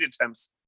attempts